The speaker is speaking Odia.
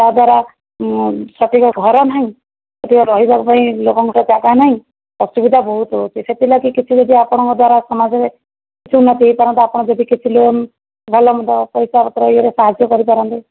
ତା ପରେ ସଠିକ ଘର ନାହିଁ ଟିକେ ରହିବା ପାଇଁ ଲୋକଙ୍କ ଜାଗା ନାହିଁ ଅସୁବିଧା ବହୁତ ହେଉଛି ସେଥିଲାଗି କିଛି ଯଦି ଆପଣଙ୍କ ଦ୍ୱାରା ସମାଜରେ କିଛି ଉନ୍ନତି ହୋଇପାରନ୍ତା ଆପଣ ଯଦି କିଛି ଲୋନ୍ ଭଲ ମନ୍ଦ ପଇସା ପତ୍ର ୟେରେ ସାହାଯ୍ୟ କରିପାରନ୍ତେ